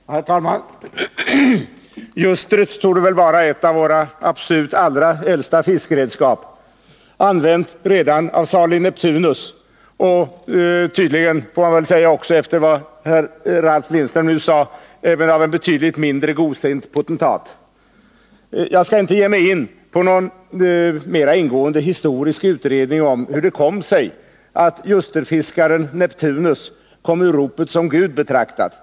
Herr talman! Ljustret torde vara ett av våra allra äldsta fiskeredskap, 12 november 1981 använt redan av salig Neptunus, och tydligen, efter vad Ralf Lindström här sade, även av en betydligt mindre godsint potentat. Jag skall inte ge mig in på någon mera ingående historisk utredning om hur det kom sig att ljusterfiskaren Neptunus kom ur ropet som gud betraktad.